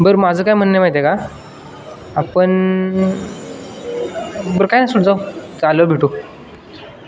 बरं माझं काय म्हणणं माहीत आहे का आपण बरं काय ना सोड जाऊ आल्यावर भेटू